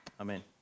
Amen